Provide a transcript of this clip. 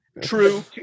True